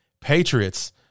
Patriots